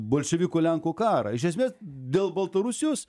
bolševikų lenkų karą iš esmės dėl baltarusijos